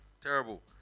Terrible